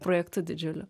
projektu didžiuliu